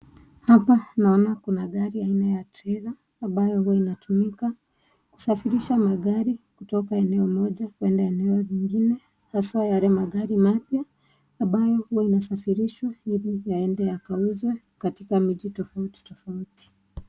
Hapa naona kuna gari aina ya trela ambayo huwa inatumika kusafirisha magari kutoka eneo moja kuenda eneo lingine haswa yale magari mapya ambayo huwa inasafirishwa ili yaende yakauzwe katika miji tofauti tofauti.